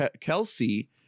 kelsey